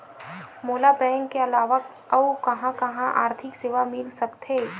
मोला बैंक के अलावा आऊ कहां कहा आर्थिक सेवा मिल सकथे?